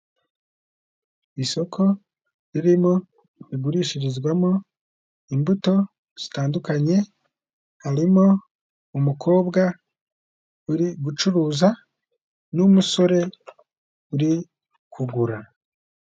Isoko ririmo rigurishirizwamo imbuto zitandukanye harimo umukobwa uri gucuruza n'umusore uri kugura.